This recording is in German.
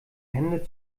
hände